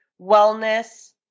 wellness